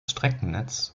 streckennetz